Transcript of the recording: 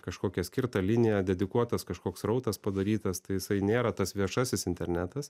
kažkokia skirta linija dedikuotas kažkoks srautas padarytas jisai nėra tas viešasis internetas